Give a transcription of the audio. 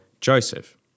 Joseph